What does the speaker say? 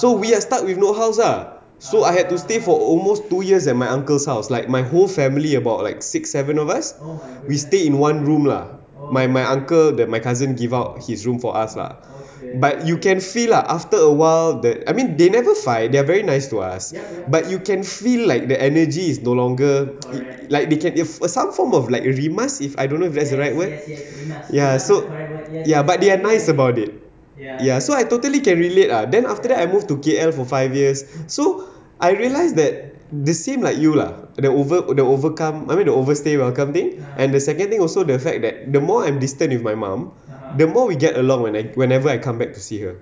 so we are stuck with no house ah so I had to stay for almost two years and my uncle's house like my whole family about like six seven of us we stay in one room lah my my uncle that my cousin give out his room for us lah but you can feel lah after awhile that they I mean they never fight they are very nice to us but you can feel like the energy is no longer like they can if some form of like rimas if I don't know if that's the right word ya so ya but they are nice about it ya so I totally can relate lah then after that I move to K_L for five years so I realise that the same like you lah the over the overcome I mean the overstay welcome thing and the second thing also the fact that the more I'm distant with my mum the more we get along when I whenever I come back to see her